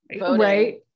Right